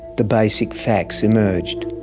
the basic facts emerged.